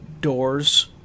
doors